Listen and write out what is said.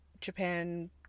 Japan